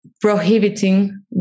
prohibiting